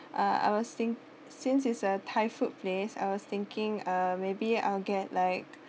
uh I was think since it's a thai food place I was thinking uh maybe I'll get like